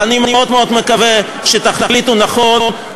ואני מאוד מאוד מקווה שתחליטו נכון,